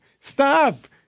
Stop